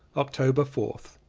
october fourth.